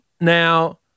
Now